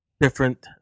different